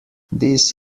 this